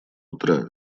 утра